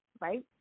right